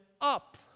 up